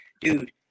dude